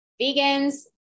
vegans